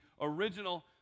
original